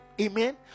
Amen